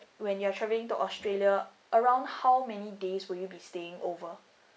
when you are travelling to australia around how many days would you be staying over